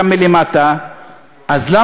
גם מלמטה,